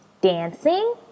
Dancing